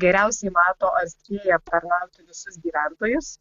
geriausiai mato ar spėja aptarnauti visus gyventojus